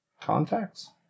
contacts